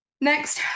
Next